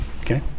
okay